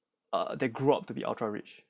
they grew up to be ultra rich